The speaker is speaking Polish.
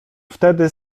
wtedy